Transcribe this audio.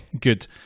Good